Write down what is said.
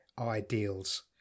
ideals